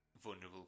vulnerable